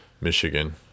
Michigan